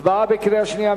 הצבעה בקריאה שנייה.